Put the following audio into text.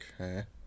Okay